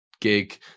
gig